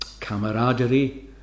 camaraderie